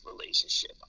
relationship